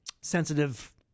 sensitive